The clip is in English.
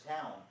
town